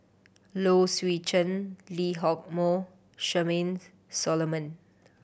Low Swee Chen Lee Hock Moh Charmaine Solomon